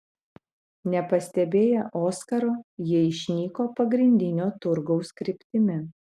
nepastebėję oskaro jie išnyko pagrindinio turgaus kryptimi